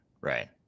right